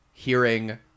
hearing